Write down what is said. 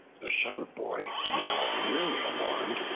the shepherd-boy, now really alarmed,